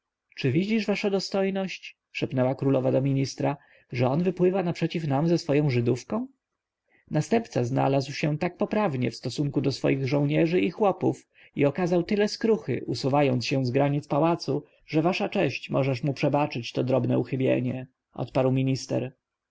czy widzisz wasza dostojność szepnęła królowa do ministra że on wypływa naprzeciw nam ze swoją żydówką następca znalazł się tak poprawnie w stosunku do swoich żołnierzy i chłopów i okazał tyle skruchy usuwając się z granic pałacu że wasza cześć możesz mu przebaczyć to drobne uchybienie odparł minister